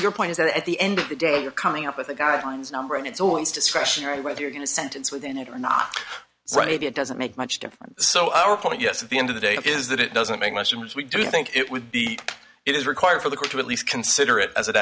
your point is that at the end of the day you're coming up with the guidelines number and it's a once discretionary whether you're going to sentence within it or not right it doesn't make much difference so our point yes at the end of the day is that it doesn't make much difference we do think it would be it is required for the court to at least consider it as a